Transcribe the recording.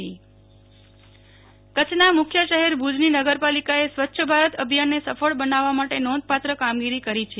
નેહલ ઠક્કર ભુજ નગરપાલિકા સ્વચ્છતા અભિયાન કચ્છના મુખ્ય શહેર ભુજની નગરપાલિકાએ સ્વચ્છ ભારત અભિયાનને સફળ બનાવવા માટે નોંધપાત્ર કામગીરી કરી છે